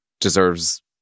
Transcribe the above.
deserves